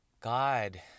God